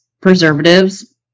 preservatives